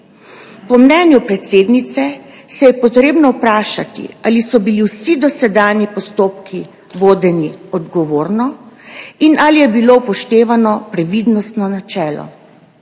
Po mnenju predsednice se je treba vprašati, ali so bili vsi dosedanji postopki vodeni odgovorno in ali je bilo upoštevano previdnostno načelo.